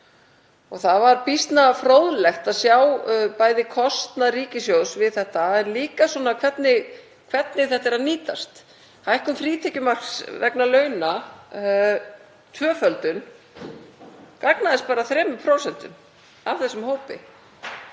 Það var býsna fróðlegt að sjá kostnað ríkissjóðs við þetta en líka hvernig þetta er að nýtast. Hækkun frítekjumarks vegna launa, tvöföldun, gagnaðist bara 3% af þessum hópi.